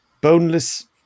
boneless